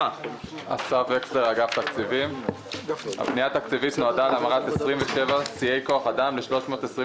הפנייה התקציבית נועדה להעברת 27 שיאי כוח אדם ל-324